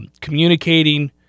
communicating